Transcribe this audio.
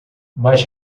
mas